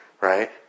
right